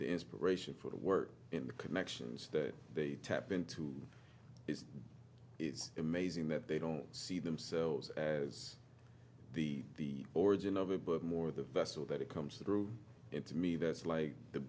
the inspiration for the work in the connections that they tap into it is amazing that they don't see themselves as the origin of it but more the vessel that it comes to throw into me that's like the